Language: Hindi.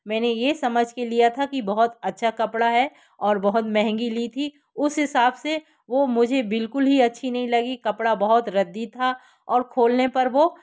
मैंने ये समझ के लिया था कि बहुत अच्छा कपड़ा है और बहुत महँगी ली थी उस हिसाब से वो मुझे बिल्कुल ही अच्छी नहीं लगी कपड़ा बहुत रद्दी था और खोलने पर वो